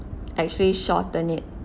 actually shorten it